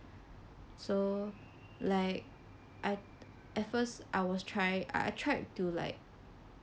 so like I at first I was trying I tried to like